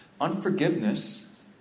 unforgiveness